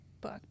book